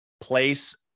place